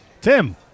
Tim